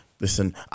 listen